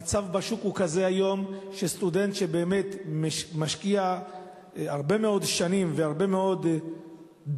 היום המצב בשוק הוא כזה שסטודנט שמשקיע הרבה מאוד שנים והרבה מאוד דמים,